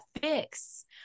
fix